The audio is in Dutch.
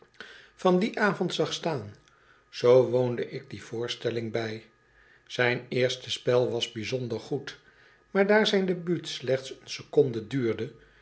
van dien avond zag staan zoo woonde ik die voorstelling bij zijn eerste spel was bijzonder goed maar daar zijn debuut slechts een seconde duurde